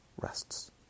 rests